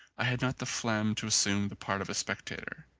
i had not the phlegm to assume the part of a spectator.